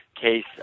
case